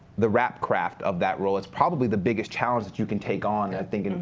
the rap craft of that role is probably the biggest challenge that you can take on, i think, and